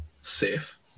safe